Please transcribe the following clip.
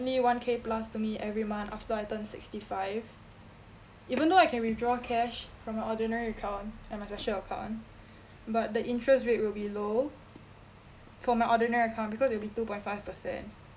one k plus to me every month after I turn sixty-five even though I can withdraw cash from my ordinary account and my special account but the interest rate will be low for my ordinary account because it'll be two point five percent